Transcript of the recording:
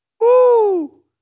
Woo